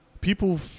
people